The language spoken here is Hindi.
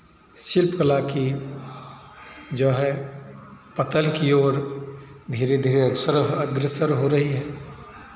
शिल्प कला की जो है पतन की और धीरे धीरे एक्सरफ अग्रसर हो रही है